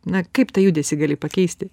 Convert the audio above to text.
na kaip tą judesį gali pakeisti